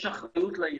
יש אחריות ליחידות,